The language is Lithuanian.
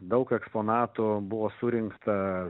daug eksponatų buvo surinkta